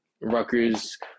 Rutgers